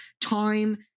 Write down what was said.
time